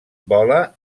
vola